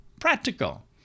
Practical